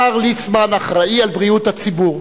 השר ליצמן אחראי לבריאות הציבור.